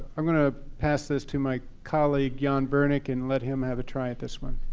i'm going to pass this to my colleague, jon vernick and let him have a try at this one.